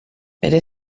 bere